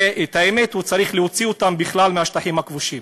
ואת האמת, צריך להוציא אותם בכלל מהשטחים הכבושים.